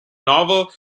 novel